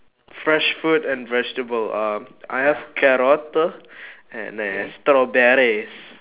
fresh food and vegetable um I have carrot and strawberries